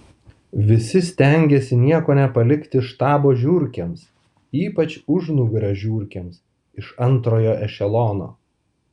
visi stengėsi nieko nepalikti štabo žiurkėms ypač užnugario žiurkėms iš antrojo ešelono